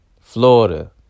Florida